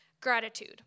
gratitude